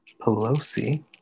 Pelosi